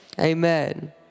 amen